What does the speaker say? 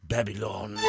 Babylon